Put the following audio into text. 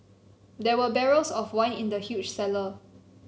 there were barrels of wine in the huge cellar